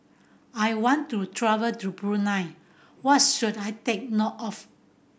I want to travel to Brunei what's should I take note of